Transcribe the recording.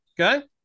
Okay